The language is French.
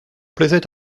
plaisait